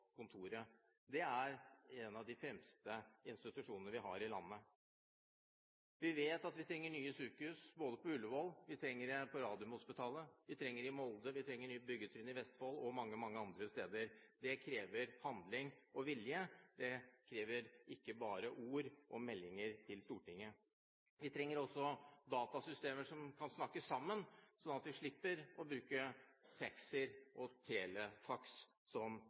kontoret. Dette er en av de fremste institusjonene vi har i landet. Vi vet at vi trenger nye sykehus, både på Ullevål og på Radiumhospitalet, vi trenger det i Molde, vi trenger nye byggetrinn i Vestfold og mange andre steder. Det krever handling og vilje, ikke bare ord og meldinger til Stortinget. Vi trenger også datasystemer som kan snakke sammen, sånn at vi slipper å bruke taxier og telefaks som